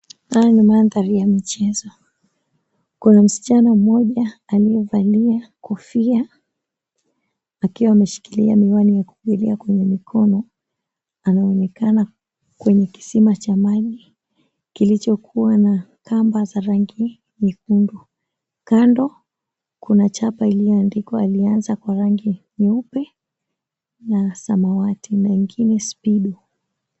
Haya ni mandhari ya michezo. Kuna msichana mmoja aliyevalia kofia akiwa ameshikiia miwani ya kuogelea kwenye mikono. Anaonekana kwenye kisima cha maji kilichokuwa na kamba za rangi nyekundu. Kando kuna chapa ilioandikwa Allianz kwa rangi nyeupe na samawati na ingine Speedo.